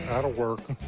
that'll work.